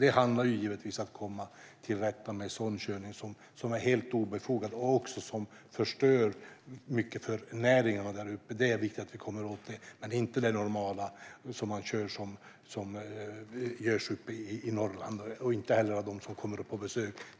Det handlar givetvis om att komma till rätta med sådan körning som är helt obefogad och som också förstör mycket för näringarna där uppe. Det är viktigt att komma åt det. Det handlar inte om den normala körningen uppe i Norrland och inte heller om dem som kommer på besök.